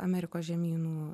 amerikos žemynų